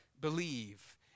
believe